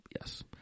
yes